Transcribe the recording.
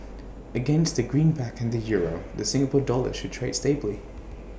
against the greenback and the euro the Singapore dollar should trade stably